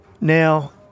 now